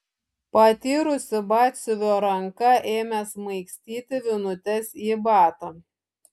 patyrusi batsiuvio ranka ėmė smaigstyti vinutes į batą